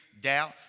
doubt